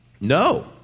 No